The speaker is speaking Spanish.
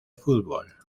fútbol